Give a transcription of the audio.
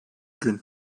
gün